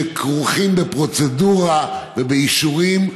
שכרוכה בפרוצדורה ובאישורים,